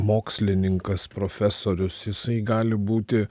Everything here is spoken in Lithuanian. mokslininkas profesorius jisai gali būti